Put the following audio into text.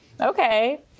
okay